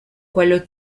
quello